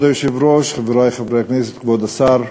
כבוד היושב-ראש, חברי חברי הכנסת, כבוד השר,